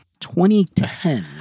2010